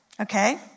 Okay